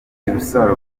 rusaro